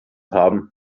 haben